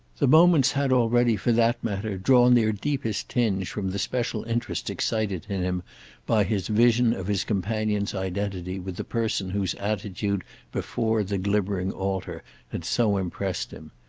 the moments had already, for that matter, drawn their deepest tinge from the special interest excited in him by his vision of his companion's identity with the person whose attitude before the glimmering altar had so impressed him.